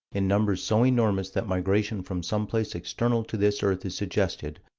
in numbers so enormous that migration from some place external to this earth is suggested,